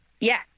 Yes